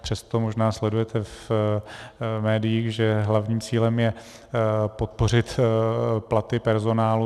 Přesto možná sledujete v médiích, že hlavním cílem je podpořit platy personálu.